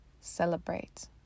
Celebrate